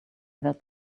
that